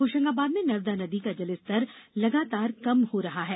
होशंगााबाद में नर्मदा नदी का जल लगातार कम हो रहा है